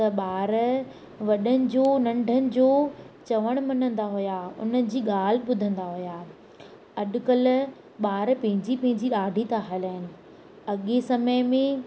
त ॿार वॾनि जो नंढनि जो चवणु मञींदा हुआ उन जी ॻाल्हि ॿुधंदा हुआ अॼुकल्ह ॿार पंहिंजी पंहिंजी ॾाढी था हलाइनि अॻिए समय में